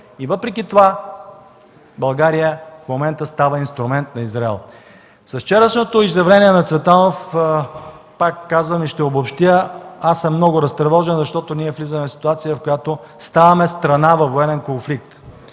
и въпреки това България в момента става инструмент на Израел. С вчерашното изявление на Цветанов, пак казвам и ще обобщя, аз съм много разтревожен, защото ние влизаме в ситуация, в която ставаме страна във военен конфликт.